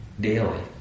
daily